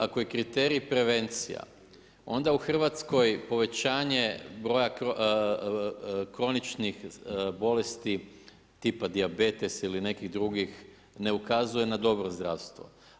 Ako je kriterij prevencija onda u Hrvatskoj povećanje broja kroničnih bolesti tipa dijabetes ili nekih drugih ne ukazuje na dobro zdravstvo.